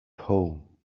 home